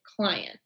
client